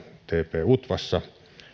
tp utvassa